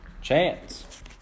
Chance